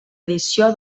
edició